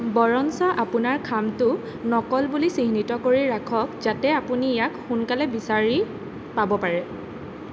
বৰঞ্চ আপোনাৰ খামটো নকল বুলি চিহ্নিত কৰি ৰাখক যাতে আপুনি ইয়াক সোনকালে বিচাৰি পাব পাৰে